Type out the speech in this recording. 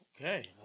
Okay